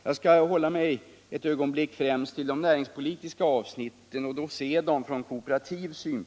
Jag skall emellertid hålla mig främst till de näringspolitiska avsnitten och då se dem från kooperativ synpunkt.